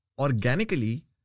organically